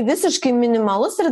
visiškai minimalus ir